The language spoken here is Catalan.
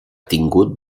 tingut